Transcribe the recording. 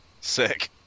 Sick